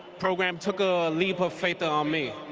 program took a leap of faith on me.